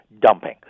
dumping